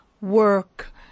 work